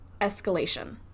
escalation